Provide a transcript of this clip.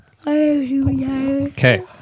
Okay